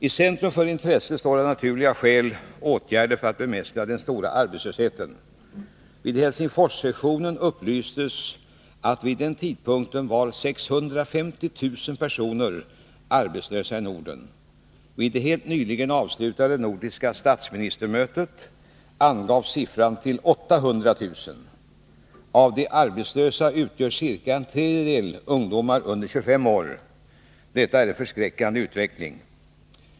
I centrum för intresset står av naturliga skäl åtgärder för att bemästra den stora arbetslösheten. Vid Helsingforssessionen upplystes att vid den tidpunkten 650 000 personer var arbetslösa i Norden. Vid det helt nyligen avslutade nordiska statsministermötet angavs siffran till 800 000. Av de arbetslösa utgör ca en tredjedel ungdomar under 25 år. Detta är en förskräckande utveckling.